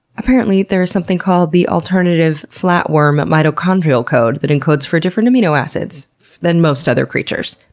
apparently, there is something called the alternative flatworm but mitochondrial code, that encodes for different amino acids than most other creatures.